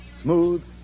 smooth